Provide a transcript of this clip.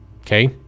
Okay